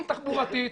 אם תחבורתית,